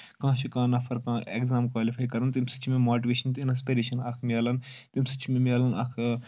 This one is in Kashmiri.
کانٛہہ چھُ کانٛہہ نفر کانٛہہ ایٚگزام کالِفاے کَران تمہِ سۭتۍ چھُ مےٚ ماٹِویشن تہٕ اِنسپیرشن اکھ میلان تمہِ سۭتۍ چھُ مےٚ میلان اکھ